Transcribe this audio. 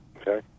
Okay